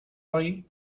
hoy